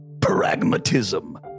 pragmatism